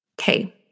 Okay